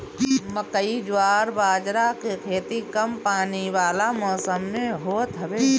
मकई, जवार बजारा के खेती कम पानी वाला मौसम में होत हवे